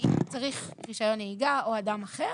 שאם הוא צריך רישיון נהיגה או אדם אחר.